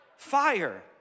fire